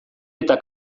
eta